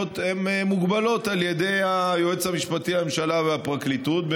הן מוגבלות על ידי היועץ המשפטי לממשלה והפרקליטות: